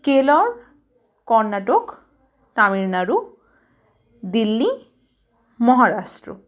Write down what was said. Kerala Karnataka Tamil Nadu Delhi Maharashtra